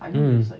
mm